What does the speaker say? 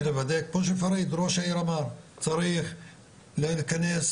צריך לוודא כמו שפריד ראש העיר אמר,